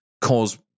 cause